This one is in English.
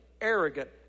arrogant